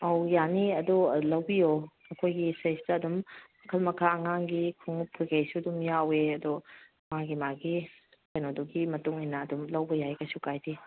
ꯑꯧ ꯌꯥꯅꯤ ꯑꯗꯨ ꯂꯧꯕꯤꯌꯣ ꯑꯩꯈꯣꯏꯒꯤ ꯁꯤꯗꯩꯁꯤꯗ ꯑꯗꯨꯝ ꯃꯈꯜ ꯃꯈꯥ ꯑꯉꯥꯡꯒꯤ ꯈꯣꯡꯎꯞ ꯀꯩꯀꯩꯁꯨ ꯑꯗꯨꯝ ꯌꯥꯎꯋꯦ ꯑꯗꯨ ꯃꯥꯒꯤ ꯃꯥꯒꯤ ꯀꯩꯅꯣꯗꯨꯒꯤ ꯃꯇꯨꯡꯏꯟꯅ ꯑꯗꯨꯝ ꯂꯧꯕ ꯌꯥꯏ ꯀꯩꯁꯨ ꯀꯥꯏꯗꯦ